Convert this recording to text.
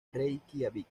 reikiavik